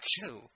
two